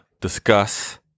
discuss